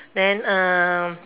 then um